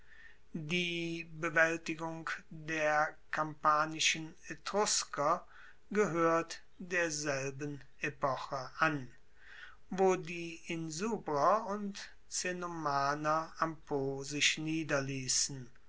die bewaeltigung der kampanischen etrusker gehoert derselben epoche an wo die insubrer und cenomaner am po sich niederliessen